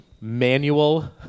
manual